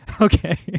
Okay